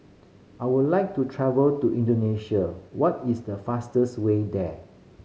I would like to travel to Indonesia what is the fastest way there